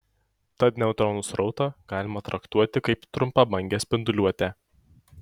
tad neutronų srautą galima traktuoti kaip trumpabangę spinduliuotę